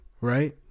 right